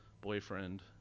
boyfriend